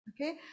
okay